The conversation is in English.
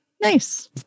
Nice